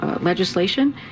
Legislation